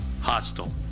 hostile